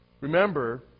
Remember